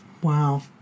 Wow